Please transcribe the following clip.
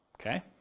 Okay